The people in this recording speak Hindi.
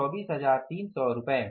24300 रुपये